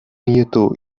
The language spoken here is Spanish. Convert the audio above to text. nieto